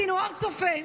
סנוואר צופה,